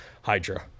Hydra